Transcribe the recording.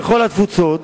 בכל התפוצות,